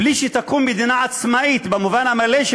בלי שתקום מדינה עצמאית במובן המלא של